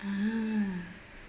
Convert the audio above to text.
ah